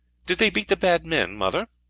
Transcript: did they beat the bad men, mother?